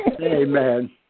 Amen